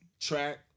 Track